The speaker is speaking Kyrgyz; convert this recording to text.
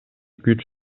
күч